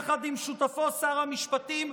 יחד עם שותפו שר המשפטים,